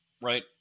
right